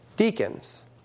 deacons